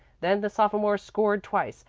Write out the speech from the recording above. then the sophomores scored twice.